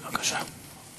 בבקשה.